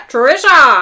Trisha